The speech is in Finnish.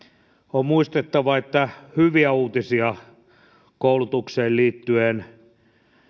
on muistettava että hyviä uutisia koulutukseen liittyen